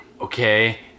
Okay